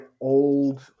old